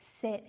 sit